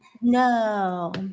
No